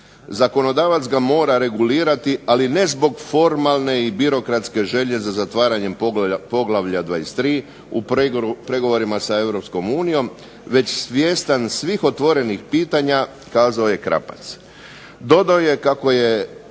Zakonodavac ga mora regulirati ali ne zbog formalne i birokratske želje za zatvaranjem poglavlja 23 u pregovorima sa EU, već svjestan svih otvornih pitanja, kazao je Krapac.